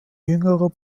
jüngerer